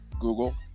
google